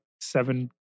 seven